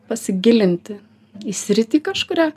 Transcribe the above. pasigilinti į sritį kažkurią